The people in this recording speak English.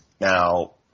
now